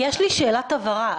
יש לי שאלה הבהרה.